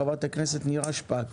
חברת הכנסת נירה שפק.